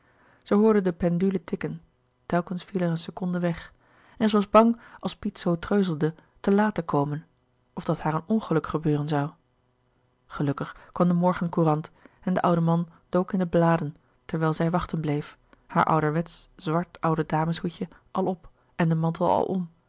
zij hoorde de pendule tikken telkens viel er een seconde weg en zij was bang als piet zoo treuzelde te laat te komen of dat haar een ongeluk gebeuren zoû gelukkig kwam de morgencourant en de oude man dook in de bladen terwijl zij wachten bleef haar ouderwetsch zwart oude dameslouis couperus de boeken der kleine zielen hoedje al op en de mantel al om